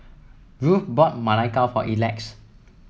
Ruth bought Ma Lai Gao for Elex